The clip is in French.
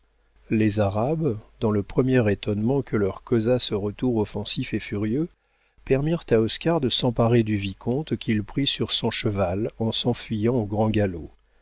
les arabes dans le premier étonnement que leur causa ce retour offensif et furieux permirent à oscar de s'emparer du vicomte qu'il prit sur son cheval en s'enfuyant au grand galop